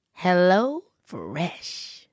HelloFresh